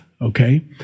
Okay